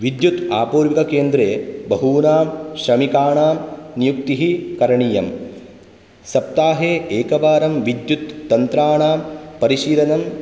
विद्युत् आपूर्विककेन्द्रे बहूनां श्रमिकाणां नियुक्तिः करणीयं सप्ताहे एकवारं विद्युत् तन्त्राणां परिशीलनं